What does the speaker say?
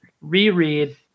reread